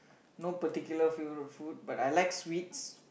no particular favorite food but I like sweets